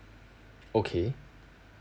okay